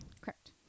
Correct